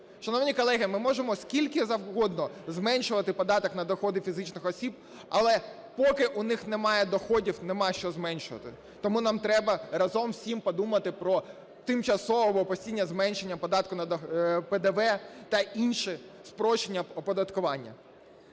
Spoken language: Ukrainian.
Шановні колеги, ми можемо скільки завгодно зменшувати податок на доходи фізичних осіб, але поки у них немає доходів, немає що зменшувати. Тому нам треба разом всім подумати про тимчасове або постійне зменшення податку... ПДВ та інше спрощення оподаткування.